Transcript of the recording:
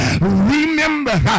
remember